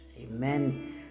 Amen